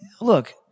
look